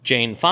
Jane